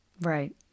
Right